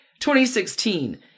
2016